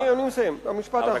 אני מסיים, המשפט האחרון.